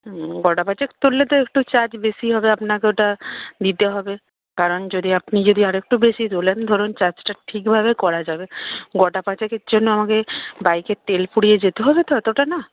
হুম গোটা পাঁচেক তুললে তো একটু চার্জ বেশি হবে আপনাকে ওটা দিতে হবে কারণ যদি আপনি যদি আরেকটু বেশি তোলেন ধরুন চার্জটা ঠিকভাবে করা যাবে গোটা পাঁচেকের জন্য আমাকে বাইকের তেল পুড়িয়ে যেতে হবে তো এতটা না